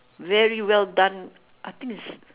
very well done I think is